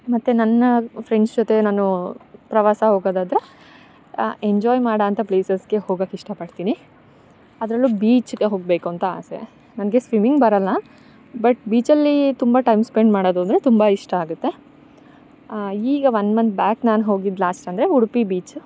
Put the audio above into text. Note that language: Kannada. ಮತ್ತೆ ನನ್ನ ಫ್ರೆಂಡ್ಸ್ ಜೊತೆ ನಾನು ಪ್ರವಾಸ ಹೋಗೋದಾದರೆ ಎಂಜಾಯ್ ಮಾಡೋ ಅಂಥ ಪ್ಲೇಸಸ್ಗೆ ಹೋಗೋಕ್ಕೆ ಇಷ್ಟ ಪಡ್ತೀನಿ ಅದರಲ್ಲು ಬೀಚ್ಗೆ ಹೋಗಬೇಕುಂತ ಆಸೆ ನನಗೆ ಸ್ವಿಮ್ಮಿಂಗ್ ಬರೊಲ್ಲ ಬಟ್ ಬೀಚಲ್ಲಿ ತುಂಬ ಟೈಮ್ ಸ್ಪೆಂಡ್ ಮಾಡೋದು ಅಂದ್ರೆ ತುಂಬ ಇಷ್ಟ ಆಗುತ್ತೆ ಈಗ ಒನ್ ಮಂತ್ ಬ್ಯಾಕ್ ನಾನು ಹೋಗಿದ್ದೆ ಲಾಸ್ಟ್ ಅಂದರೆ ಉಡುಪಿ ಬೀಚ್